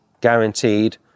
guaranteed